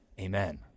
amen